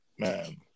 Man